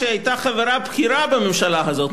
והיא היתה חברה בכירה בממשלה הזאת,